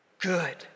good